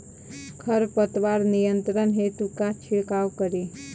खर पतवार नियंत्रण हेतु का छिड़काव करी?